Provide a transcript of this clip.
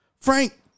Frank